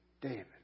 David